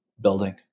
building